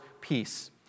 peace